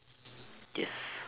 guess